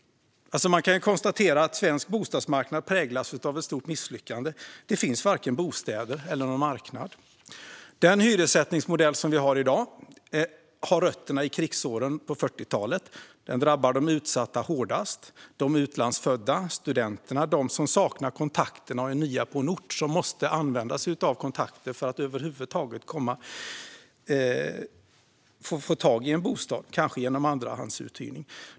Man kan konstatera att svensk bostadsmarknad präglas av ett stort misslyckande: Det finns varken bostäder eller marknad. Den hyressättningsmodell som vi har i dag har sina rötter i krigsåren på 40-talet. Den drabbar de utsatta hårdast - de utlandsfödda, studenterna, de som saknar kontakter och är nya på en ort. Man måste nämligen använda sig av kontakter för att över huvud taget få tag i en bostad, kanske genom andrahandsuthyrning.